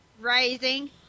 Rising